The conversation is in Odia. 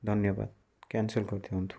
ଧନ୍ୟବାଦ କ୍ୟାନ୍ସଲ କରିଦିଅନ୍ତୁ